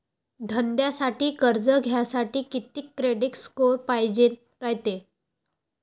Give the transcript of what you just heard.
धंद्यासाठी कर्ज घ्यासाठी कितीक क्रेडिट स्कोर पायजेन रायते?